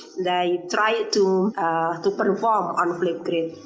they tried to to perform on flipgrid.